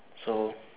so